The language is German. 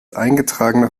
eingetragener